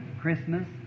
Christmas